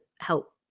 help